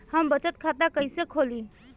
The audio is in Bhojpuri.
हम बचत खाता कइसे खोलीं?